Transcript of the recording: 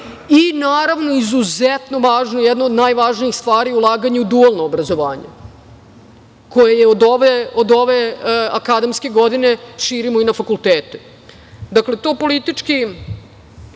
i naravno izuzetno važno, jednu od najvažnijih stvari ulaganje u dualno obrazovanje, koje je od ove akademske godine širimo i na fakultete. Dakle, to politički